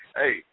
hey